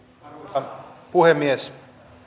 arvoisa puhemies